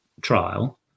trial